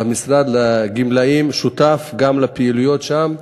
משרד הגמלאים גם שותף לפעילויות שם,